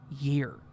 year